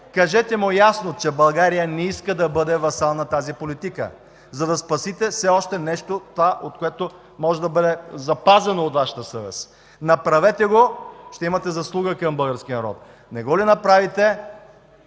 кажете му ясно, че България не иска да бъде васал на тази политика, за да спасите все още нещо от това, което може да бъде запазено от Вашата съвест. Направете го, ще имате заслуга към българския народ! Не го ли направите,